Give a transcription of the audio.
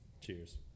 Cheers